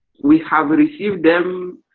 we have received them